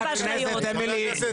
חברת הכנסת אמילי,